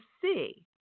see